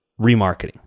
remarketing